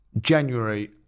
January